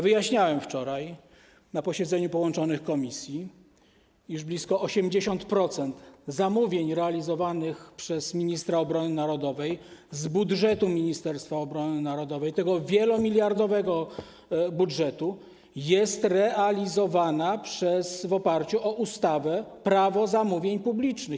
Wyjaśniałem wczoraj na posiedzeniu połączonych komisji, iż blisko 80% zamówień realizowanych przez ministra obrony narodowej z budżetu Ministerstwa Obrony Narodowej, tego wielomiliardowego budżetu, jest realizowane w oparciu o ustawę - Prawo zamówień publicznych.